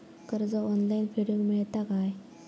कर्ज ऑनलाइन फेडूक मेलता काय?